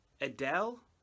Adele